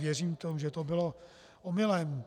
Věřím tomu, že to bylo omylem.